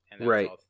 right